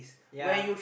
ya